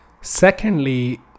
secondly